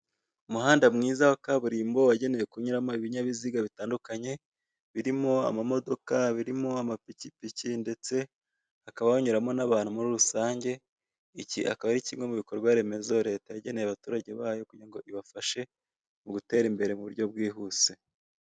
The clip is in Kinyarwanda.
Umuhanda mwiza wa kaburimbo wagenewe kunyuramo ibinyabiziga bitandukanye birimo amamodoka, birimo amapikipiki ndetse hakaba hanyuramo n'abantu muri rusange iki akaba ari kimwe mu bikorwaremezo leta yageneye abaturage bayo kugira ngo ibafashe mu gutera imbere mu buryo bwihuse.